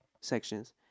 sections